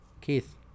Keith